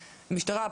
משטרה,